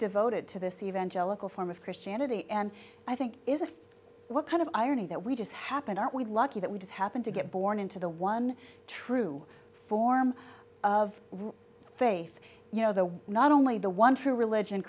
devoted to this evangelical form of christianity and i think is if what kind of irony that we just happen aren't we lucky that we just happen to get born into the one true form of faith you know the not only the one true religion